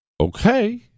Okay